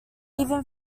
even